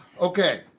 Okay